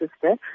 sister